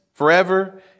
forever